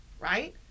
Right